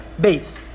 Base